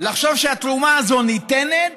לחשוב שהתרומה הזאת ניתנת